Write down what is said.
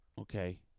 Okay